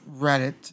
Reddit